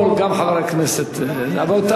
לפרוטוקול, גם חבר הכנסת, גם אני.